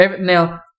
Now